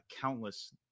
countless